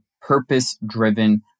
purpose-driven